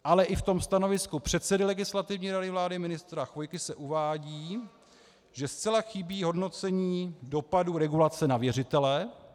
Ale i v tom stanovisku předsedy Legislativní rady vlády ministra Chvojky se uvádí, že zcela chybí hodnocení dopadů regulace na věřitele.